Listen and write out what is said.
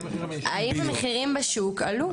נו מה קורה בשוק, האם המחירים בשוק עלו.